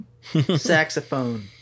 saxophone